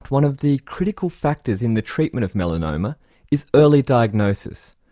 one of the critical factors in the treatment of melanoma is early diagnosis.